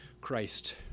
Christ